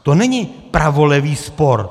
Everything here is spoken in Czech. Tohle není pravolevý spor.